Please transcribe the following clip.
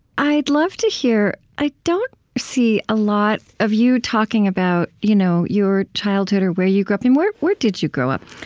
i'd love to hear i don't see a lot of you talking about you know your childhood or where you grew up. where where did you grow up?